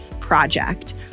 project